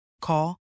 Call